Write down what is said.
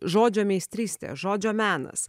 žodžio meistrystė žodžio menas